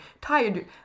tired